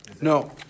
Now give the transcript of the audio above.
No